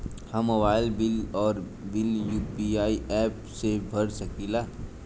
हम mobile bill और bill UPI app से भर सकिला